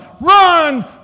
run